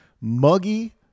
muggy